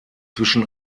zwischen